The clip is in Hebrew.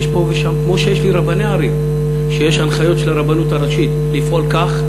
כמו שיש לי רבני ערים שיש הנחיות של הרבנות הראשית לפעול כך,